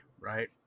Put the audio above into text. right